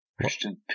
Christian